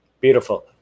Beautiful